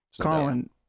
Colin